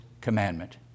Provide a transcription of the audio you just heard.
commandment